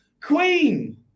Queen